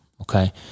okay